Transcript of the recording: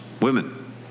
women